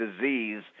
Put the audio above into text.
disease